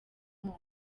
moko